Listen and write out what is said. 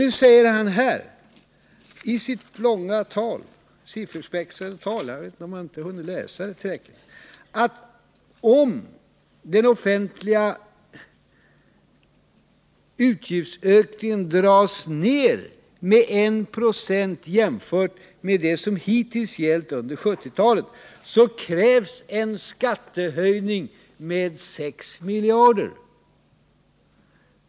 Här säger han i sitt långa, sifferspäckade tal — jag vet inte om han har hunnit läsa det tillräckligt — att om den offentliga utgiftsökningen dras ner med 1 96 jämfört med det som hittills gällt under 1970-talet, så krävs en skattehöjning med 6 miljarder.